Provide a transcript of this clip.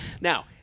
Now